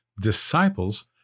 Disciples